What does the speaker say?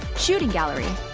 shooting gallery.